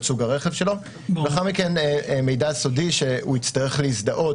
את סוג הרכב שלו; לאחר מכן מידע סודי שהוא יצטרך להזדהות,